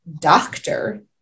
doctor